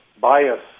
bias